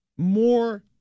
More